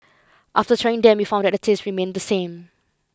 after trying them we found that the taste remained the same